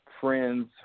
friends